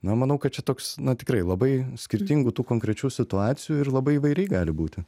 na manau kad čia toks na tikrai labai skirtingų tų konkrečių situacijų ir labai įvairiai gali būti